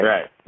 Right